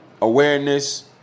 awareness